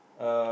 uh